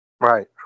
Right